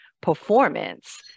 performance